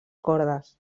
cordes